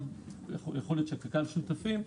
גם יכול להיות שקק"ל שותפים.